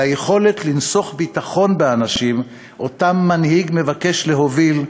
ליכולת לנסוך ביטחון באנשים שאותם המנהיג מבקש להוביל,